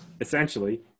Essentially